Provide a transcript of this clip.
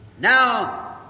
Now